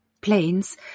planes